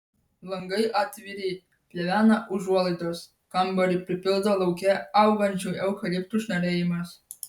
langai atviri plevena užuolaidos kambarį pripildo lauke augančių eukaliptų šnarėjimas